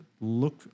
look